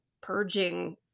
purging